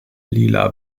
lila